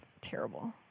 Terrible